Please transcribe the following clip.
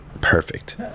perfect